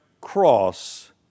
cross